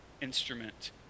instrument